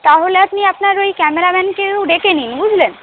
তাহলে আপনি আপনার ওই ক্যামেরাম্যানকেও ডেকে নিন বুঝলেন